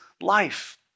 life